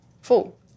full